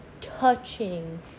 touching